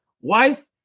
Wife